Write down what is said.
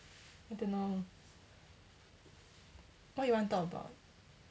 I don't know what you want talk about